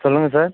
சொல்லுங்கள் சார்